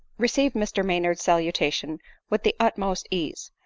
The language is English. received mr maynard's salutation with the utmost ease,